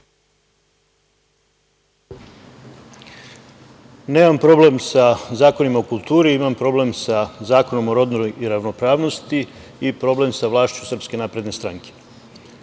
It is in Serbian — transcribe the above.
Nemam problem sa zakonima o kulturi, imam problem sa Zakonom o rodnoj ravnopravnosti i problem sa vlašću Srpske napredne stranke. Ovde